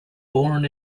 born